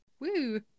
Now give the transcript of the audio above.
Woo